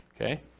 Okay